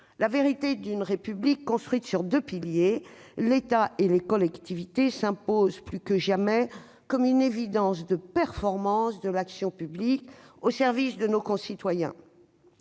La vérité d'une République construite sur deux piliers- l'État et les collectivités territoriales -s'impose plus que jamais comme une évidence pour la performance de l'action publique au service de nos concitoyens.